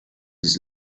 his